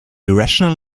irrational